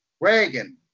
Reagan